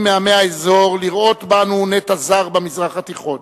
מעמי האזור לראות בנו נטע זר במזרח התיכון.